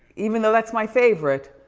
even though that's my favorite.